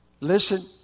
listen